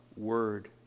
word